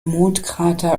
mondkrater